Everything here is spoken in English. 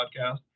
podcast